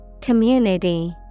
Community